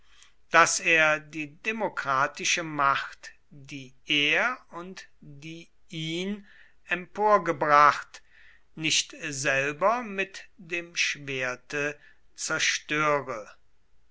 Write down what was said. daß er die demokratische macht die er und die ihn emporgebracht nicht selber mit dem schwerte zerstöre